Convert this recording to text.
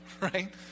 right